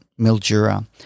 Mildura